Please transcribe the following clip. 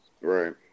Right